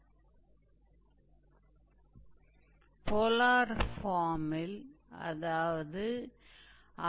तो माना कि हमारे पास है जो लैटस रेक्टम के एक छोर के शीर्ष से मापा जाता है